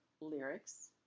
lyrics